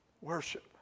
Worship